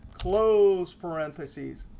close parentheses.